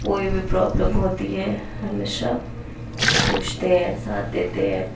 کوئی بھی پرابلم ہوتی ہے ہمیشہ پوچھتے ہیں ساتھ دیتے ہیں